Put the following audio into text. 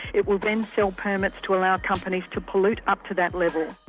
it will then sell permits to allow companies to pollute up to that level.